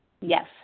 yes